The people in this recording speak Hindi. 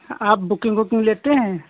हा आप बुकिंग उकिंग लेते हैं